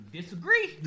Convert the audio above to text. disagree